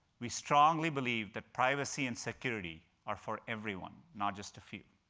we strongly believe that privacy and security are for everyone, not just a few.